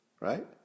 Right